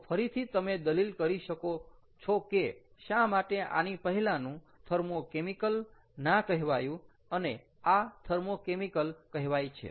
તો ફરીથી તમે દલીલ કરી શકો કે શા માટે આની પહેલાનું થર્મો કેમિકલ ના કહેવાયું અને આ થર્મો કેમિકલ કહેવાય છે